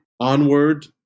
onward